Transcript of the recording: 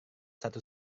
satu